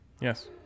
yes